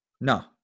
No